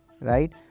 right